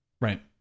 Right